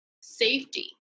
Safety